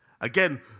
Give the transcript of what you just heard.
Again